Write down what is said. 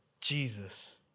Jesus